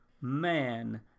man